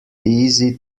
easy